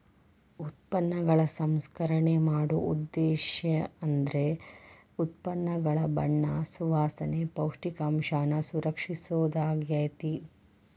ಉತ್ಪನ್ನಗಳ ಸಂಸ್ಕರಣೆ ಮಾಡೊ ಉದ್ದೇಶೇಂದ್ರ ಉತ್ಪನ್ನಗಳ ಬಣ್ಣ ಸುವಾಸನೆ, ಪೌಷ್ಟಿಕಾಂಶನ ಸಂರಕ್ಷಿಸೊದಾಗ್ಯಾತಿ